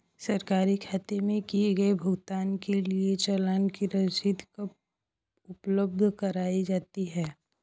सरकारी खाते में किए गए भुगतान के लिए चालान की रसीद कब उपलब्ध कराईं जाती हैं?